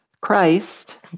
Christ